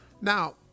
Now